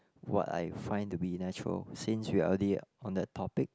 what I find to be natural since we are already on the topic